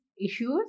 issues